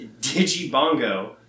digibongo